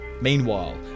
Meanwhile